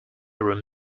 room